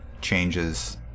changes